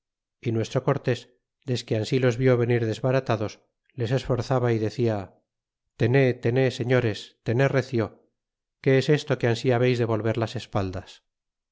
y nuestro cortés desque ansi los rió venir desbaratados les esforzaba y decia tené tené señores tené recio qué es esto que ansi habeis de volver las espaldas